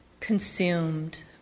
consumed